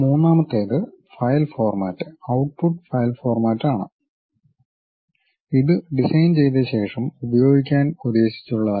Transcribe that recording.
മൂന്നാമത്തേത് file format output file ഫോർമാറ്റാണ് ഇത് ഡിസൈൻ ചെയ്ത ശേഷം ഉപയോഗിക്കാൻ ഉദ്ദേശിച്ചുള്ളതല്ല